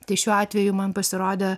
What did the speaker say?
tai šiuo atveju man pasirodė